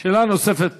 שאלה נוספת